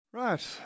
right